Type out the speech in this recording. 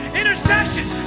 intercession